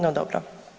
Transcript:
No dobro.